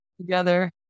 together